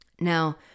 Now